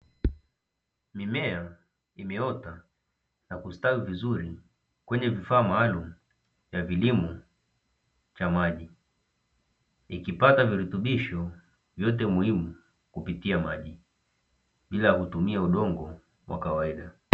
Mimea imeota na kustawi vizuri kwenye vifaa maalumu vya vilimo cha maji ikipata virutubisho vyote muhimu kupitia maji bila kutumia udongo wa kawaida.